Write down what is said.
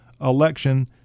election